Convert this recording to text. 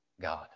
God